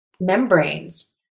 membranes